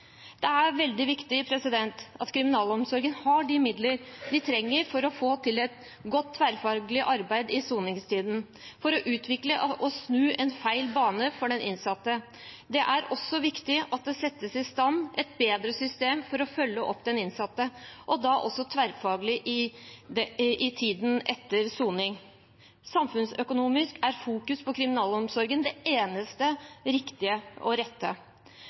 Det er veldig viktig at kriminalomsorgen har de midler de trenger for å få til et godt tverrfaglig arbeid i soningstiden, for å utvikle og snu en feil bane for den innsatte. Det er også viktig at det settes i stand et bedre system for å følge opp den innsatte – også tverrfaglig – i tiden etter soning. Samfunnsøkonomisk er fokus på kriminalomsorgen det eneste riktige og rette.